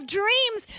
dreams